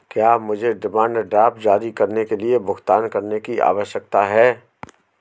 क्या मुझे demand draft जारी करने के लिए भुगतान करने की आवश्यकता है?